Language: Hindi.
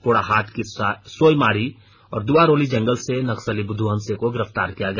पोड़ाहाट की सोयमारी और दुआरोली जंगल से नक्सली बुद्ध हंसे को गिरफ्तार किया गया